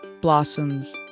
blossoms